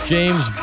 James